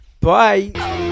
Bye